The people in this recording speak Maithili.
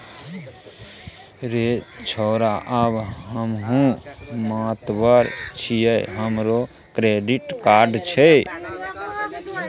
रे छौड़ा आब हमहुँ मातबर छियै हमरो क्रेडिट कार्ड छै